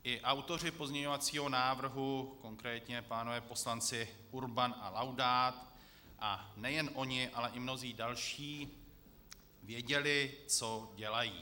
I autoři pozměňovacího návrhu, konkrétně pánové poslanci Urban a Laudát, a nejen oni, ale i mnozí další věděli, co dělají.